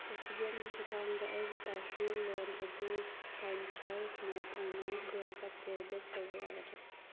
ꯑꯣꯛꯁꯤꯖꯦꯟꯒꯤ ꯈꯨꯊꯥꯡꯗ ꯑꯩꯒꯤ personal loan ꯑꯗꯨ ꯐꯥꯏꯟꯀꯤꯌꯔ ꯏꯁꯃꯣꯜ ꯐꯥꯏꯅꯥꯟꯁ ꯕꯦꯡꯇ ꯄꯦꯕꯦꯛ ꯇꯧꯕ ꯌꯥꯒꯗ꯭ꯔꯥ